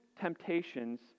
temptations